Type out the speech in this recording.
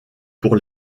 pour